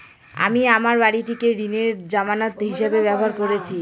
আমি আমার বাড়িটিকে ঋণের জামানত হিসাবে ব্যবহার করেছি